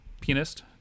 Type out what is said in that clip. pianist